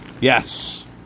Yes